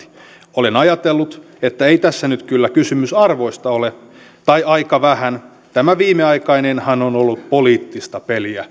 olen ajatellut että ei tässä nyt kyllä kysymys arvoista ole tai aika vähän tämä viimeaikainenhan on ollut poliittista peliä